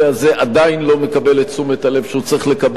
עדיין לא מקבל את תשומת הלב שהוא צריך לקבל,